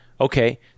Okay